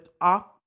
off